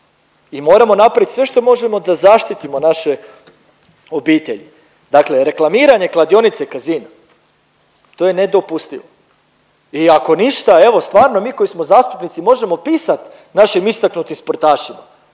i moramo napravit sve što možemo da zaštitimo naše obitelji. Dakle, reklamiranje kladionice i kasina to je nedopustivo i ako ništa evo stvarno mi koji smo zastupnici može o pisat našim istaknutim sportašima.